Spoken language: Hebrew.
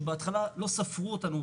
שבהתחלה לא ספרו אותנו,